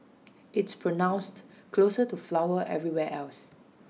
it's pronounced closer to flower everywhere else